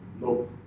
No